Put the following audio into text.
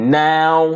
now